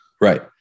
right